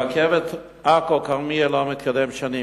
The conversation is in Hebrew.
רכבת עכו כרמיאל לא מתקדמת שנים.